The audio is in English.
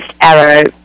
arrow